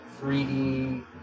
3D